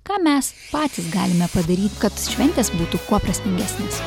ką mes patys galime padaryt kad šventės būtų kuo prasmingesnės